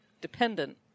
dependent